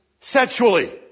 sexually